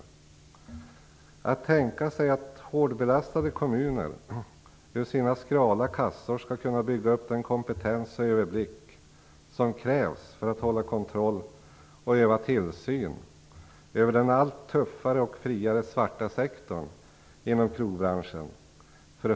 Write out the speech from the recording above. Det förefaller enligt vår uppfattning naivt att tänka sig att hårt belastade kommuner ur sina skrala kassor skall kunna bygga upp den kompetens och överblick som krävs för att hålla kontroll och öva tillsyn över den allt tuffare och friare svarta sektorn inom krogbranschen.